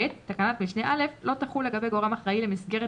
תקנת משנה (א) לא תחול לגבי גורם אחראי למסגרת